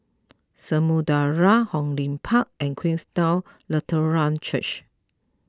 Samudera Hong Lim Park and Queenstown Lutheran Church